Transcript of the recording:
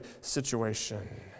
situation